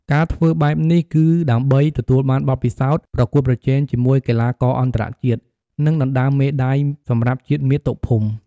ការធ្វើបែបនេះគឺដើម្បីទទួលបានបទពិសោធន៍ប្រកួតប្រជែងជាមួយកីឡាករអន្តរជាតិ និងដណ្ដើមមេដាយសម្រាប់ជាតិមាតុភូមិ។